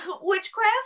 witchcraft